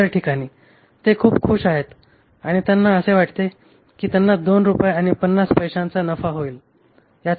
इतर ठिकाणी ते खूप खूश आहेत आणि त्यांना असे वाटते की त्यांना 2 रुपये आणि 50 पैशांचा नफा होईल